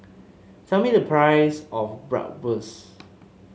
tell me the price of Bratwurst